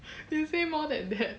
you say more than that